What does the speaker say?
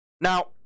Now